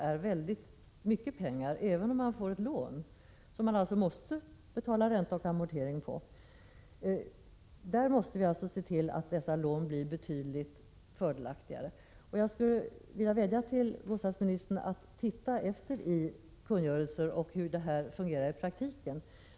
är mycket pengar, även om det är möjligt att få ett lån. Det är ändå nödvändigt att betala ränta och amortering på lånet. Vi måste således se till att dessa lån blir betydligt fördelaktigare. Jag skulle vilja vädja till bostadsministern att han ser efter i kungörelser och undersöker hur det hela fungerar i praktiken.